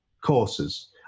courses